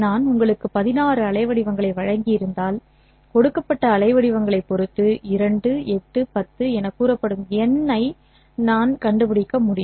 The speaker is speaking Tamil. நான் உங்களுக்கு 16 அலைவடிவங்களை வழங்கியிருந்தால் கொடுக்கப்பட்ட அலைவடிவங்களைப் பொறுத்து 2 8 10 எனக் கூறப்படும் n ஐ நான் கண்டுபிடிக்க முடியும்